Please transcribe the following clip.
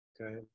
Okay